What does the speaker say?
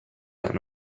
that